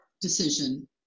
decision